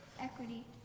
equity